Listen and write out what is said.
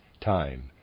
time